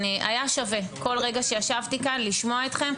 היה שווה כל רגע שישבתי כאן לשמוע אתכם,